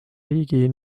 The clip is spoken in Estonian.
riigi